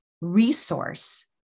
resource